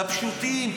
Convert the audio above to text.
את הפשוטים,